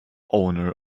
owner